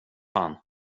fan